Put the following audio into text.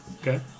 Okay